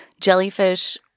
jellyfish